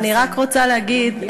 אני רק רוצה להגיד,